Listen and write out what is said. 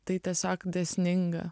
tai tiesiog dėsninga